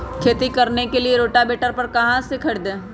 खेती करने के लिए रोटावेटर लोन पर कहाँ से खरीदे?